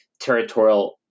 territorial